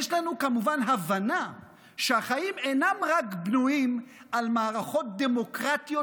יש לנו כמובן הבנה שהחיים אינם בנויים רק על מערכות דמוקרטיות,